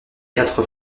quatre